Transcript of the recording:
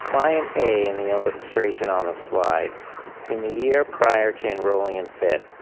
client a in the illustration on the slide in the year prior to enrolling in fit,